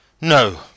No